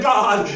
God